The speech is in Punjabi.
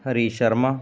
ਹਰੀ ਸ਼ਰਮਾ